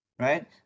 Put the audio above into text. right